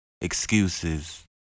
excuses